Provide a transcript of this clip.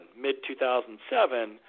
mid-2007